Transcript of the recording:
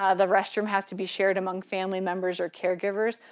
ah the restroom has to be shared among family members or caregivers,